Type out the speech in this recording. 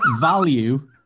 value